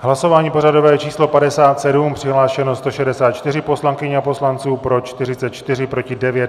Hlasování pořadové číslo 57, přihlášeno 164 poslankyň a poslanců, pro 44, proti 9.